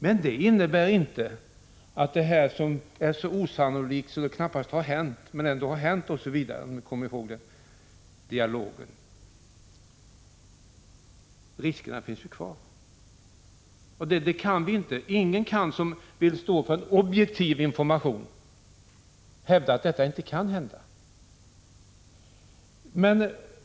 Men beträffande det som är så osannolikt att det knappast har hänt men ändå har hänt osv. — om vi kommer ihåg den monologen — finns ändå riskerna kvar. Och ingen som vill stå för en objektiv information kan hävda att sådant inte kan hända.